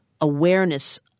awareness